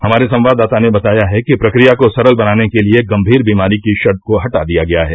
हमारे संवाददाता ने बताया है कि प्रक्रिया को सरल बनाने के लिए गंभीर बीमारी की शर्त को हटा दिया गया है